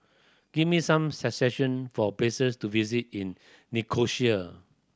give me some suggestion for places to visit in Nicosia